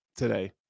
today